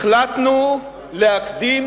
החלטנו להקדים